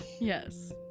Yes